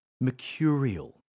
mercurial